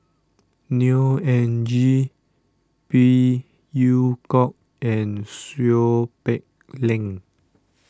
Neo Anngee Phey Yew Kok and Seow Peck Leng